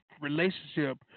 relationship